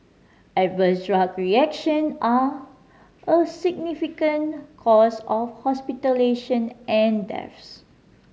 adverse drug reaction are a significant cause of hospitalisation and deaths